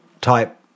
type